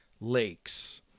lakes